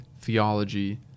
theology